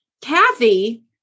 Kathy